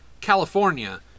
California